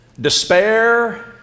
despair